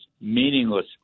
meaningless